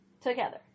together